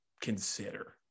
consider